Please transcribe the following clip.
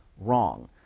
wrong